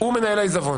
יש מנהל העיזבון.